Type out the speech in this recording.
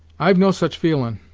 i've no such feelin',